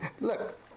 look